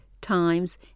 times